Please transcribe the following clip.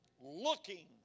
looking